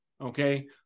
Okay